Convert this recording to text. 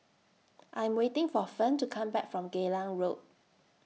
I'm waiting For Fern to Come Back from Geylang Road